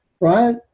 right